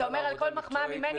אתה אומר שעל כל מחמאה ממני,